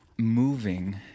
Moving